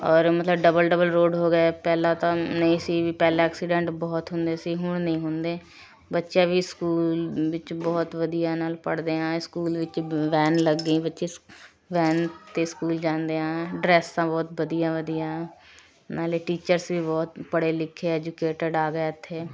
ਔਰ ਮਤਲਬ double double road ਹੋ ਗਏ ਪਹਿਲਾਂ ਤਾਂ ਨਹੀਂ ਸੀ ਵੀ ਪਹਿਲਾਂ ਐਕਸੀਡੈਂਟ ਬਹੁਤ ਹੁੰਦੇ ਸੀ ਹੁਣ ਨਹੀਂ ਹੁੰਦੇ ਬੱਚੇ ਵੀ ਸਕੂਲ ਵਿੱਚ ਬਹੁਤ ਵਧੀਆ ਨਾਲ਼ ਪੜ੍ਹਦੇ ਹਾਂ ਇਹ ਸਕੂਲ ਵਿੱਚ ਵੈਨ ਲੱਗ ਗਈ ਬੱਚੇ ਵੈਨ 'ਤੇ ਸਕੂਲ ਜਾਂਦੇ ਐਂ ਡ੍ਰੈਸਾਂ ਬਹੁਤ ਵਧੀਆ ਵਧੀਆ ਨਾਲੇ ਟੀਚਰਸ ਵੀ ਬਹੁਤ ਪੜ੍ਹੇ ਲਿਖੇ ਐਜੂਕੇਟਿਡ ਆ ਗਏ ਇੱਥੇ